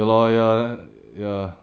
ya lor ya ya